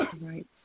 Right